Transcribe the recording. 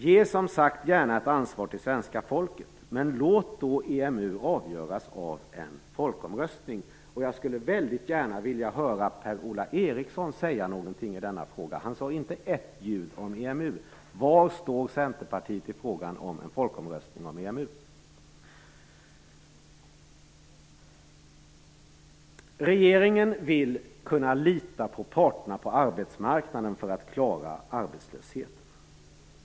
Ge som sagt gärna ett ansvar till svenska folket, men låt då EMU avgöras av en folkomröstning! Jag skulle väldigt gärna vilja höra Per-Ola Eriksson säga något i denna fråga. Han sade inte ett ljud om EMU. Var står Centerpartiet i frågan om en folkomröstning om EMU? Regeringen vill kunna lita på parterna på arbetsmarknaden för att klara arbetslösheten.